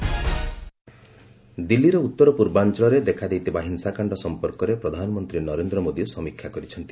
PM Modi ଦିଲ୍ଲୀର ଉତ୍ତର ପୂର୍ବାଞ୍ଚଳରେ ଦେଖାଦେଇଥିବା ହିଂସାକାଣ୍ଡ ସଂପର୍କରେ ପ୍ରଧାନମନ୍ତ୍ରୀ ନରେନ୍ଦ୍ର ମୋଦି ସମୀକ୍ଷା କରିଛନ୍ତି